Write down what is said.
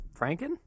Franken